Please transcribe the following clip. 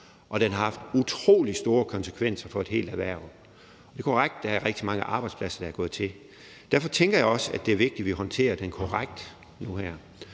og den har haft utrolig store konsekvenser for et helt erhverv. Det er korrekt, at der er rigtig mange arbejdspladser, der er gået til. Derfor tænker jeg også, at det er vigtigt, vi håndterer den korrekt nu her.